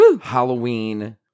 Halloween